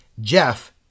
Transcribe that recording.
Jeff